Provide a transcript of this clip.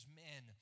men